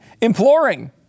imploring